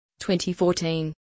2014